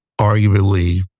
arguably